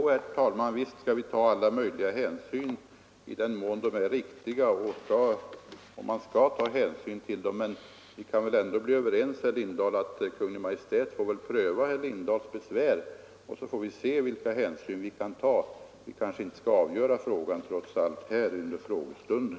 Herr talman! Jo, visst skall vi ta alla möjliga hänsyn, i den mån det är riktigt att ta dem. Men vi kan ändå, herr Lindahl i Hamburgsund, bli överens om att Kungl. Maj:t får pröva herr Lindahls besvär och att vi sedan får se vilka hänsyn vi kan ta. Vi skall kanske trots allt inte avgöra ärendet under den här frågestunden.